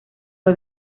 fue